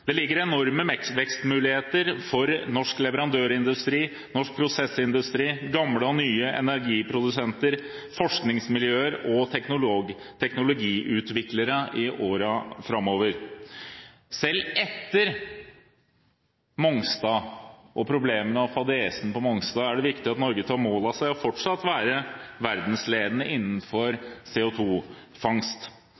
Det ligger enorme vekstmuligheter for norsk leverandørindustri, norsk prosessindustri, gamle og nye energiprodusenter, forskningsmiljøer og teknologiutviklere i årene framover. Selv etter Mongstad – problemene og fadesen på Mongstad – er det viktig at Norge tar mål av seg til fortsatt å være verdensledende innenfor